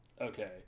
okay